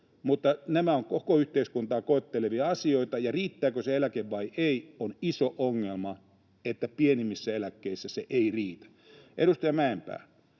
Mutta nämä ovat koko yhteiskuntaa koettelevia asioita. Ja riittääkö se eläke vai ei? On iso ongelma, että pienimmissä eläkkeissä se ei riitä. [Timo Heinonen: